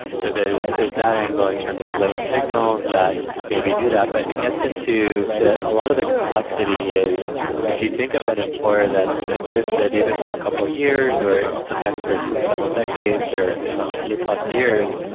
so there's there's that angle in terms of latent signals that maybe do that, but it gets into a lot of the complexity is if you think of an employer that's existed even for a couple years, or sometimes for several decades, or hundred plus years,